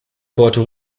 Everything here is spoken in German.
puerto